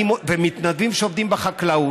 ומתנדבים שעובדים בחקלאות,